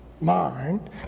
mind